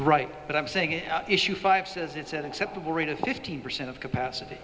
right but i'm saying it issue five says it's an acceptable rate of fifteen percent of capacity